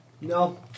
No